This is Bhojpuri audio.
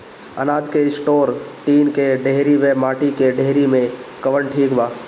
अनाज के स्टोर टीन के डेहरी व माटी के डेहरी मे कवन ठीक बा?